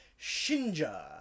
Shinja